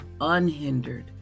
unhindered